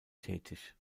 tätig